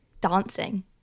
dancing